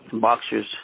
boxers